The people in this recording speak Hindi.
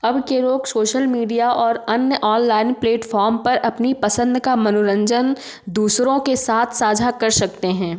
अब के लोग सोशल मीडिया और अन्य ऑनलाइन प्लेटफ़ॉम पर अपनी पसंद का मनोरंजन दूसरों के साथ साझा कर सकते हैं